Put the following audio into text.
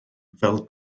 fel